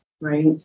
Right